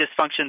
dysfunction